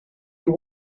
you